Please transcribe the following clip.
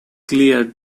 clear